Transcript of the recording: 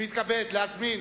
(חותם על ההצהרה) אני מתכבד להזמין